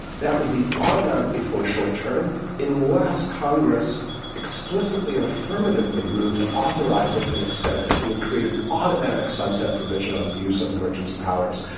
that would be automatically for a short term unless congress explicitly and affirmatively move to authorize it and extend it. it would create an automatic sunset provision on the use of emergency powers.